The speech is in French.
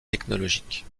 technologique